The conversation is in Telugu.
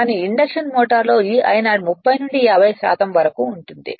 కానీ ఇండక్షన్ మోటారులో ఈ I0 30 నుండి 50 వరకు ఉంటుంది